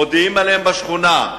מודיעים עליהם בשכונה.